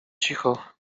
cicho